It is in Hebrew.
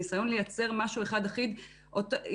הניסיון לייצר משהו אחד אחיד - יכולים